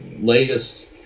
latest